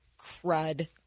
crud